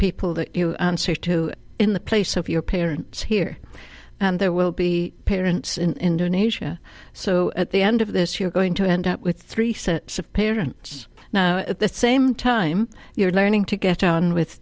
people that you two in the place of your parents here and there will be parents in nature so at the end of this you're going to end up with three sets of parents at the same time you're learning to get on with